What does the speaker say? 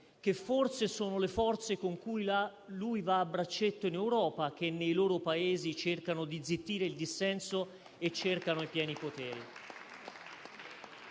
che forse sono le forze con cui lui va a braccetto in Europa che, nei loro Paesi, cercano di zittire il dissenso e cercano i pieni poteri.